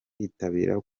kwitabira